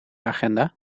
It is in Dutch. agenda